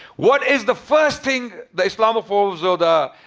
what is the first thing the islamophobes or the